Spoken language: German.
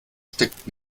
steckt